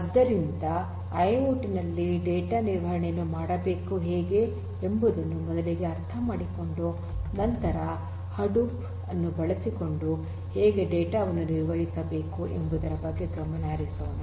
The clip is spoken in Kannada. ಆದ್ದರಿಂದ ಐಐಓಟಿ ನಲ್ಲಿ ಹೇಗೆ ಡೇಟಾ ನಿರ್ವಹಣೆಯನ್ನು ಮಾಡಬೇಕು ಎಂಬುದನ್ನು ಮೊದಲಿಗೆ ಅರ್ಥ ಮಾಡಿಕೊಂಡು ನಂತರ ಹಡೂಪ್ ಅನ್ನು ಬಳಸಿಕೊಂಡು ಹೇಗೆ ಡೇಟಾ ವನ್ನು ನಿರ್ವಹಿಸಬೇಕು ಎಂಬುದರ ಬಗ್ಗೆ ಗಮನ ಹರಿಸೋಣ